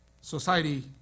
society